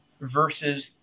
Versus